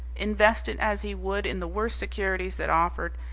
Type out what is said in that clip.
invest it as he would in the worst securities that offered,